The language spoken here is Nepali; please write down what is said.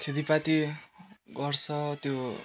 खेतीपाती गर्छ त्यो